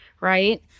Right